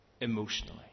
emotionally